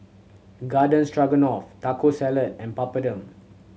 Garden Stroganoff Taco Salad and Papadum